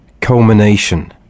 culmination